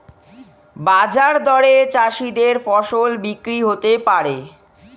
বাজার দরে চাষীদের ফসল বিক্রি হতে পারে